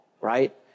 Right